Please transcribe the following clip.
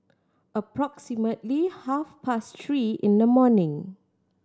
approximately half past three in the morning